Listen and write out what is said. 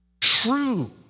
True